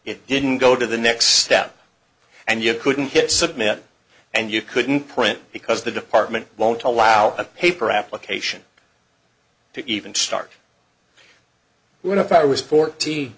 it didn't go to the next step and you couldn't hit submit and you couldn't print because the department won't allow a paper application to even start when if i was fort